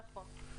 נכון.